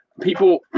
people